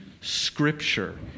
Scripture